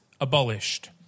abolished